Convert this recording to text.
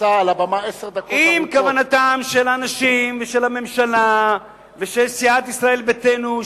אם כוונתם של אנשים ושל הממשלה ושל סיעת ישראל ביתנו,